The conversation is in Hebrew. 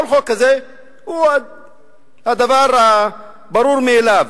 כל חוק כזה הוא הדבר הברור מאליו,